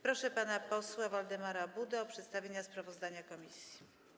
Proszę pana posła Waldemara Budę o przedstawienie sprawozdania komisji.